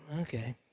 okay